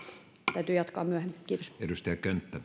täytyy jatkaa myöhemmin kiitos arvoisa